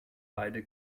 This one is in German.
beide